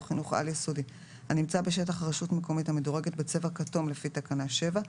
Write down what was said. חינוך על-יסודי הנמצא בשטח רשות מקומית המדורגת בצבע אדום לפי תקנה 7,